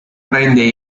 prende